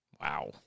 Wow